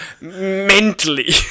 mentally